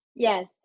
Yes